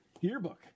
yearbook